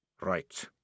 Right